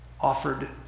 offered